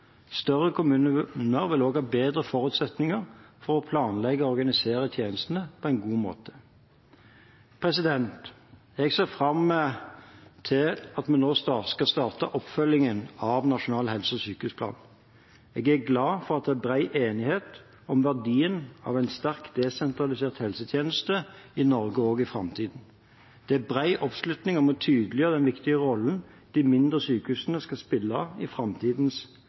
Større kommuner vil også ha bedre forutsetninger for å planlegge og organisere tjenestene på en god måte. Jeg ser fram til at vi nå skal starte oppfølgingen av Nasjonal helse- og sykehusplan. Jeg er glad for at det er bred enighet om verdien av en sterkt desentralisert helsetjeneste i Norge også i framtiden. Det er bred oppslutning om å tydeliggjøre den viktige rollen de mindre sykehusene skal spille i framtidens